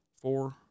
four